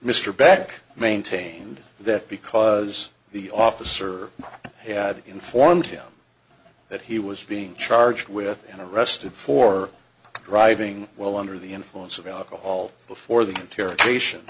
mr beck maintained that because the officer had informed him that he was being charged with and arrested for driving while under the influence of alcohol before the interrogation